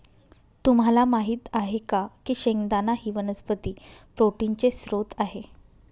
तुम्हाला माहित आहे का की शेंगदाणा ही वनस्पती प्रोटीनचे स्त्रोत आहे